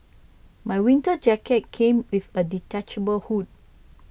my winter jacket came with a detachable hood